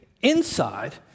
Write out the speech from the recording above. inside